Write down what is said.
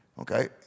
Okay